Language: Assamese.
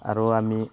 আৰু আমি